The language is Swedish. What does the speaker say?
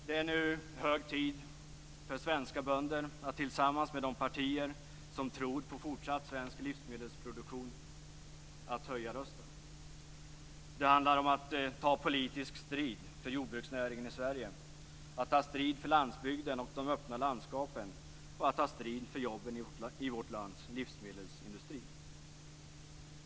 Det är nu hög tid för svenska bönder att tillsammans med de partier som tror på fortsatt svensk livsmedelsproduktion höja rösten. Det handlar om att ta politisk strid för jordbruksnäringen i Sverige, att ta strid för landsbygden och de öppna landskapen och att ta strid för jobben i vårt lands livsmedelsindustri.